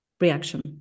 reaction